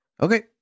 Okay